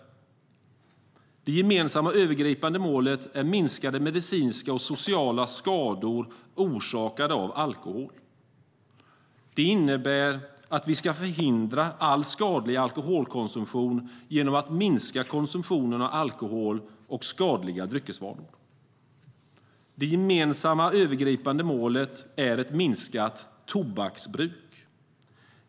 Ett annat gemensamt övergripande mål är minskade medicinska och sociala skador orsakade av alkohol. Det innebär att vi ska förhindra all skadlig alkoholkonsumtion genom att minska skadliga dryckesvanor och konsumtionen av alkohol. Ytterligare ett gemensamt övergripande mål är ett minskat tobaksbruk.